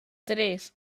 tres